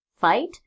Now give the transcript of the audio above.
fight